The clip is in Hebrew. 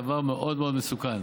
דבר מאוד מאוד מסוכן